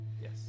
Yes